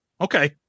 Okay